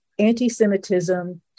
antisemitism